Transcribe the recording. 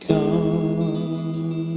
Come